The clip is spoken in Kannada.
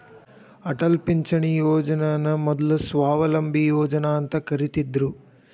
ಅಟಲ್ ಪಿಂಚಣಿ ಯೋಜನನ ಮೊದ್ಲು ಸ್ವಾವಲಂಬಿ ಯೋಜನಾ ಅಂತ ಕರಿತ್ತಿದ್ರು